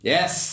Yes